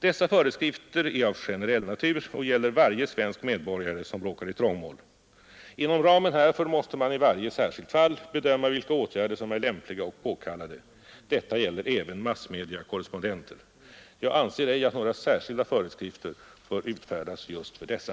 Dessa föreskrifter är av generell natur och gäller varje svensk medborgare som råkar i trångmål. Inom ramen härför måste man i varje särskilt fall bedöma vilka åtgärder som är lämpliga och påkallade. Detta gäller även massmediakorrespondenter. Jag anser ej att några särskilda föreskrifter bör utfärdas för dessa.